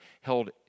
held